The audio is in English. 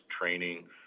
training